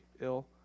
ill